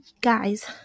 guys